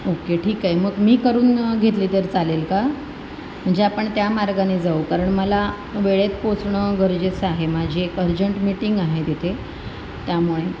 okay ठीक आहे मग मी करून घेतली तर चालेल का म्हणजे आपण त्या मार्गाने जाऊ कारण मला वेळेत पोचणं गरजेचं आहे माझी एक अर्जंट मिटिंग आहे तिथे त्यामुळे